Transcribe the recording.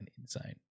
Insane